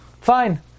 Fine